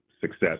success